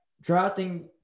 drafting